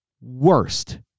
worst